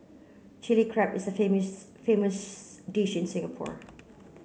Chilli Crab is a dish in Singapore